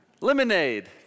lemonade